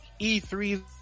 E3